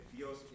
Dios